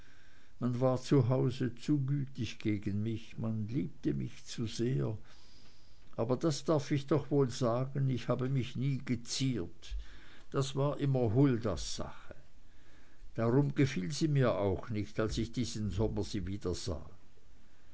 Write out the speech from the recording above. man war zu haus zu gütig gegen mich man liebte mich zu sehr aber das darf ich doch wohl sagen ich habe mich nie geziert das war immer huldas sache darum gefiel sie mir auch nicht als ich diesen sommer sie wiedersah